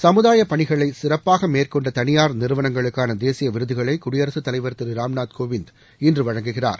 சமுதாயப் பணிகளை சிறப்பாக மேற்கொண்ட தனியார் நிறுவனங்களுக்கான தேசிய விருதுகளை குடியரசுத் தலைவர் திரு ராம்நாத் கோவிந்த் இன்று வழங்குகிறார்